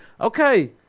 Okay